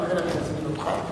ולכן אני מזמין אותך.